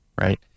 right